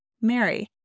Mary